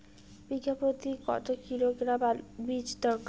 বিঘা প্রতি কত কিলোগ্রাম আলুর বীজ দরকার?